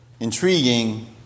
Intriguing